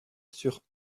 sur